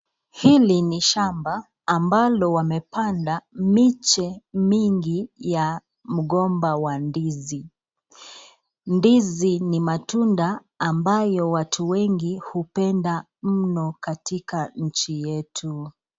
Hili ni shamba ambalo wamepanda miche mingi ya mgomba wa ndizi. Ndizi ni matunda ambayo watu wengi upenda mno katika nchi yetu.